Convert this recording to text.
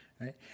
right